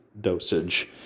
dosage